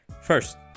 First